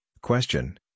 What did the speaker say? question